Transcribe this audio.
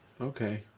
Okay